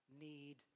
need